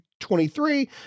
23